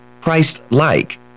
Christ-like